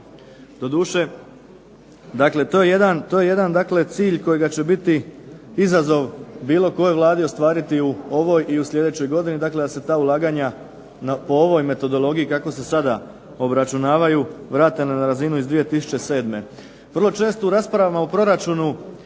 2007. To je jedan cilj kojega će biti izazov bilo kojoj Vladi ostvariti u ovoj i u sljedećoj godini, da se ta ulaganja po ovoj metodologiji kako se sada obračunavaju vrate na razinu iz 2007. Vrlo često u raspravama o proračunu